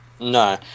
No